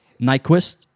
Nyquist